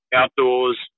outdoors